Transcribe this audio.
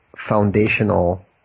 foundational